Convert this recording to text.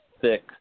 thick